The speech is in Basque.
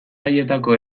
sailetako